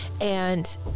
And-